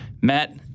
Matt